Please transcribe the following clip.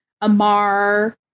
Amar